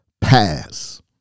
pass